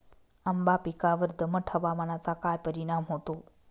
आंबा पिकावर दमट हवामानाचा काय परिणाम होतो?